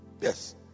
yes